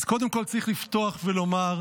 אז קודם כול, צריך לפתוח ולומר: